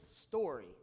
story